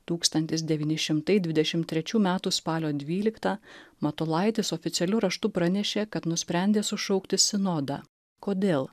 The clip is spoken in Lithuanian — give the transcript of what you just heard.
tūkstantis devyni šimtai dvidešimt trečių metų spalio dvyliktą matulaitis oficialiu raštu pranešė kad nusprendė sušaukti sinodą kodėl